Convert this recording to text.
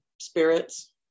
spirits